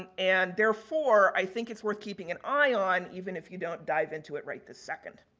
and and, therefore, i think it's worth keeping an eye on even if you don't dive into it right this second.